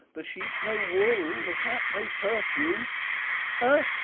the sheep no wool, the cat no perfume ha!